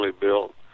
built